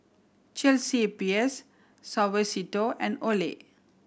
Chelsea Peers Suavecito and Olay